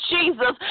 Jesus